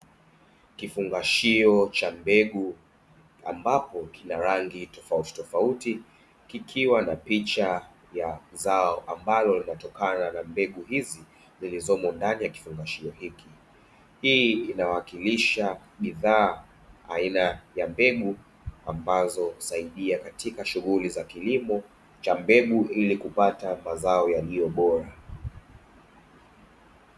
Kifungashio cha mbegu ambapo kina rangi tofauti tofauti kikiwa na picha ya zao ambalo linatokana na mbegu hizi zilizomo ndani ya kifungashio hiki. hii inawakilisha bidhaa aina ya mbegu ambazo husaidia katika shughuli za kilomo cha mbegu ili kupata mazao yaliyo bora.